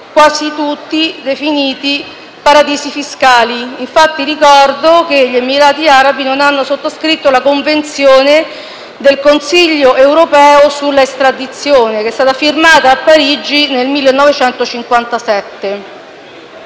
quasi tutti definiti paradisi fiscali. Ricordo infatti che gli Emirati arabi non hanno sottoscritto la Convenzione del Consiglio d'Europa sull'estradizione, che è stata firmata a Parigi nel 1957.